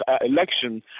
election